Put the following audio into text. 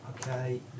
Okay